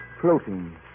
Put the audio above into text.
floating